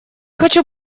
хочу